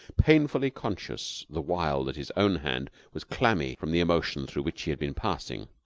painfully conscious the while that his own hand was clammy from the emotion through which he had been passing.